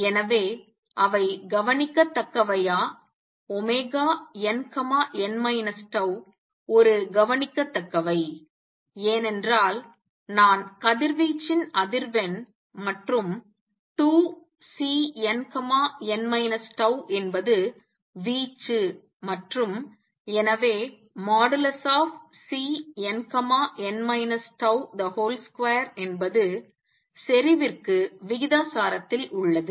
எனவே அவை கவனிக்கத்தக்கவையா nn τ ஒரு கவனிக்கத்தக்கவை ஏனென்றால் நான் கதிர்வீச்சின் அதிர்வெண் மற்றும் 2Cnn τ என்பது வீச்சு மற்றும் எனவே Cnn τ2 என்பது செரிவிற்கு விகிதாசாரத்தில் உள்ளது